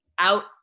out